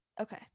okay